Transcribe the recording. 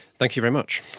thank you very much.